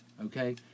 Okay